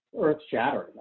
earth-shattering